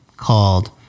Called